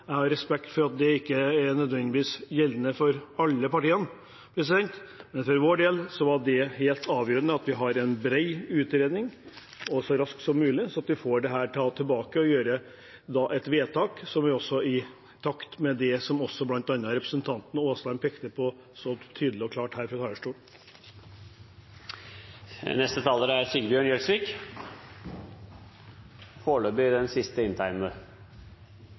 Jeg har respekt for at det ikke nødvendigvis gjelder for alle partiene, men for vår del er det helt avgjørende at vi har en bred utredning – og så raskt som mulig – slik at vi får dette tilbake og kan gjøre et vedtak, i pakt med det som bl.a. representanten Aasland så tydelig og klart pekte på fra